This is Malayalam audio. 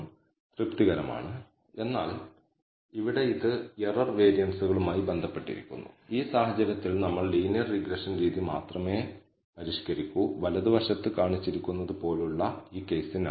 അതിനാൽ എഫ് ഡിസ്ട്രിബ്യൂഷനിൽ നിന്ന് ഇത് ലഭിച്ചുകഴിഞ്ഞാൽ നമ്മൾക്ക് ഈ പരിധി ലഭിച്ചു സ്റ്റാറ്റിസ്റ്റിക്സ് പരിധി കവിയുന്നുവെങ്കിൽ നമ്മൾ നൾ ഹൈപോതെസിസ് നിരസിക്കുകയും റെഡ്യൂസ്ഡ് മോഡലിനേക്കാൾ ഫുൾ മോഡൽ മികച്ചതാണെന്ന് പറയുകയും ചെയ്യും